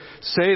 say